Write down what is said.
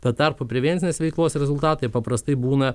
tuo tarpu prevencinės veiklos rezultatai paprastai būna